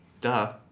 Duh